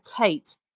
Tate